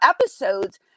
episodes